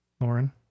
Lauren